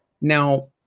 Now